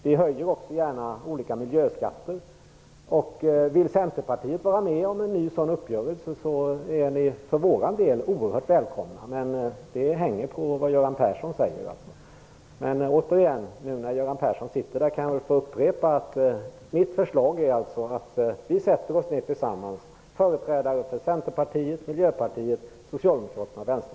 Vi höjer också gärna olika miljöskatter. Vill Centerpartiet vara med om en ny sådan uppgörelse är ni för vår del oerhört välkomna, men det hänger på vad Göran Persson säger. Eftersom Göran Persson finns här i kammaren kan jag väl få upprepa att mitt förslag är att företrädare för Vänsterpartiet sätter sig ned tillsammans.